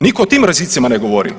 Nitko o tim rizicima ne govori.